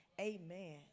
Amen